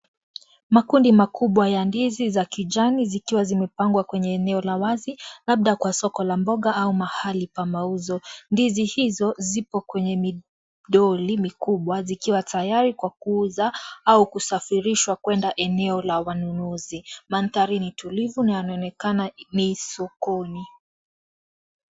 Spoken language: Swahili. Makundi makubwa ya ndizi za kijani zikiwa zimepangwa kwenye eneo la wazi labda kwa soko la mboga au mahali pa mauzo . Ndizi hizo zipo kwenye midoli mikubwa zikiwa tayari kwa kuuza au kusafirishwa kwenda eneo la wanunuzi. Mandhari ni tulivu na yanaonekana ni sokoni.